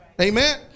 amen